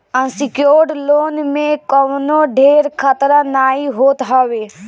unsecured loan में कवनो ढेर खतरा नाइ होत हवे